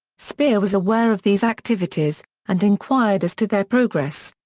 speer was aware of these activities, and inquired as to their progress.